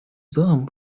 them